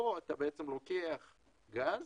פה אתה לוקח גז